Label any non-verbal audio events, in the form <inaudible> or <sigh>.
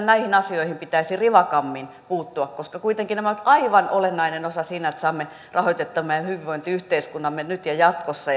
<unintelligible> näihin asioihin pitäisi rivakammin puuttua koska kuitenkin nämä ovat aivan olennainen osa siinä että saamme rahoitettua tämän meidän hyvinvointiyhteiskuntamme nyt ja jatkossa <unintelligible>